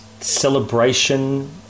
celebration